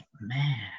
man